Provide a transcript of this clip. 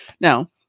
Now